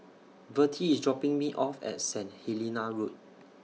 Vertie IS dropping Me off At Saint Helena Road